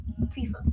FIFA